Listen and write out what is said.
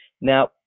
Now